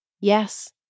Yes